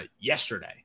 yesterday